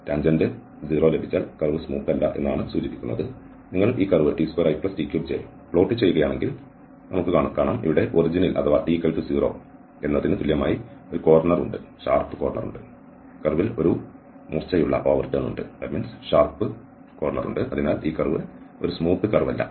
നിങ്ങൾ ഈ curve t2it3j plot ചെയ്യുകയാണെങ്കിൽ നമ്മൾ കാണുന്നു ഇവിടെ ഒറിജിനിൽ അഥവാ t 0 എന്നത്ന് തുല്യമായി ഒരു കോർണർ ഉണ്ട് അതിനാൽ കർവിൽ ഒരു മൂർച്ചയുള്ള ഓവർ ടേൺ ഉണ്ട് അതിനാൽ ഈ കർവ് ഒരു സ്മൂത്ത് കർവല്ല